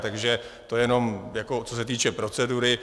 Takže to jenom co se týče procedury.